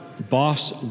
boss